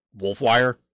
Wolfwire